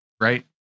Right